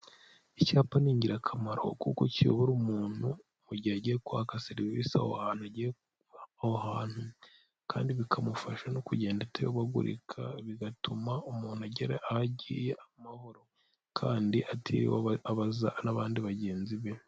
Icyapa ni ingirakamaro kuko kiyobora umuntu mu gihe agiye kwaka serivisi aho hantu agiye aho hantu, kandi bikamufasha no kugenda atayobagurika bigatuma umuntu agera ahagiye amahoro kandi atariwe abaza n'abandi bagenzi be.